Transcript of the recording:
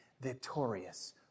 victorious